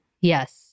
yes